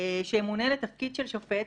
שימונה לתפקיד של שופט